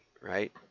Right